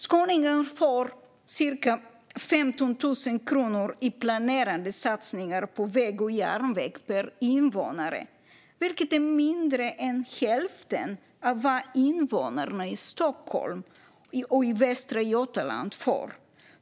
Skåningar får cirka 15 000 kronor per invånare i planerade satsningar på väg och järnväg, vilket är mindre än hälften av vad invånarna i Stockholm och i Västra Götaland får.